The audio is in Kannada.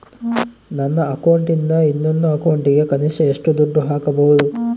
ನನ್ನ ಅಕೌಂಟಿಂದ ಇನ್ನೊಂದು ಅಕೌಂಟಿಗೆ ಕನಿಷ್ಟ ಎಷ್ಟು ದುಡ್ಡು ಹಾಕಬಹುದು?